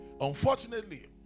Unfortunately